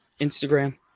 instagram